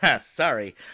sorry